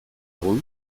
egun